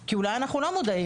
כי אולי אנחנו לא מודעים.